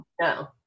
No